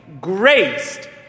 graced